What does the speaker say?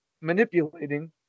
manipulating